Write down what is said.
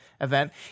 event